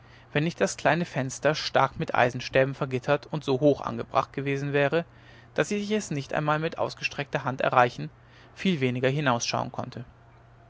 wenn nicht das kleine fenster stark mit eisenstäben vergittert und so hoch angebracht gewesen wäre daß ich es nicht einmal mit ausgestreckter hand erreichen viel weniger hinausschauen konnte